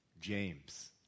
James